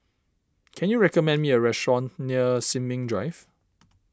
can you recommend me a restaurant near Sin Ming Drive